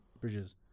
Bridges